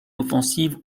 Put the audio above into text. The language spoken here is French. offensive